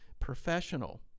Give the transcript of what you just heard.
professional